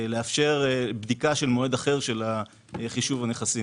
לאפשר בדיקה של מועד אחר של חישוב הנכסים.